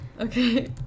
Okay